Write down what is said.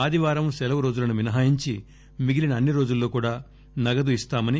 ఆదివారం సెలవు రోజులను మినహాయించి మిగిలీన అన్ని రోజులలో కూడా నగదు ఇస్తామని